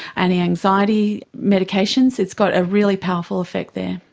antianxiety medications, it's got a really powerful effect there.